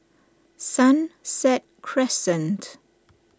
Sunset Crescent